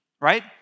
right